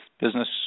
business